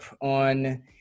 on